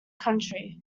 county